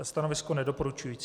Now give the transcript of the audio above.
Stanovisko nedoporučující.